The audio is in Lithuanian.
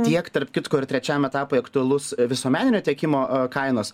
tiek tarp kitko ir trečiajam etapui aktualus visuomeninio tiekimo kainos